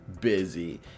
busy